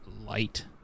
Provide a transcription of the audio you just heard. light